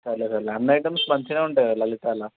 సర్లే సర్లే అన్ని ఐటమ్స్ మంచిగా ఉంటాయా లలితాలా